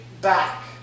back